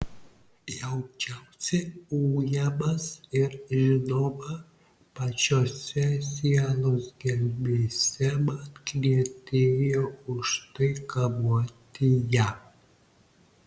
jaučiausi ujamas ir žinoma pačiose sielos gelmėse man knietėjo už tai kamuoti ją